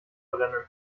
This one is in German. brennen